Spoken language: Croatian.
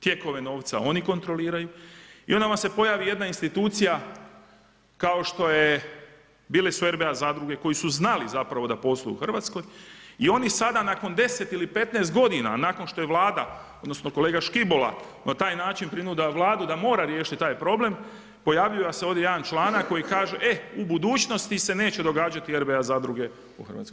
Tijekove novca oni kontroliraju i onda vam se pojavi jedna institucija kao što je, bile su RBA zadruge koji su znali zapravo da posluju u Hrvatskoj i oni sada nakon 10 ili 15 godina nakon što je Vlada, odnosno kolega Škibola na taj način prinudio Vladu da mora riješiti taj problem pojavljuje se ovdje jedan članak koji kaže e u budućnosti se neće događati RBA zadruge u Hrvatskoj.